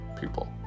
people